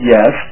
Yes